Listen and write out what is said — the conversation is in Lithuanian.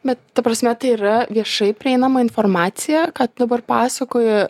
bet ta prasme tai yra viešai prieinama informacija ką tu dabar pasakoji